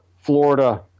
Florida